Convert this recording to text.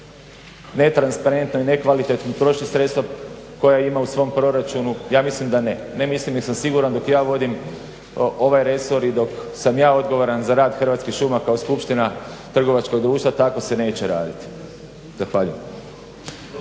ne transparentno i ne kvalitetno troši sredstva koja ima u svom proračunu. Ja mislim da ne. Ne mislim nego sam siguran dok ja vodim ovaj resor i dok sam ja odgovaran za rad Hrvatskih šuma kao skupština trgovačkog društva tako se neće raditi. Zahvaljujem.